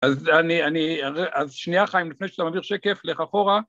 ‫אני..אז שנייה חיים, ‫לפני שאתה מעביר שקף, לך אחורה.